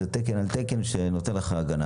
זה תקן על תקן שנותן הגנה.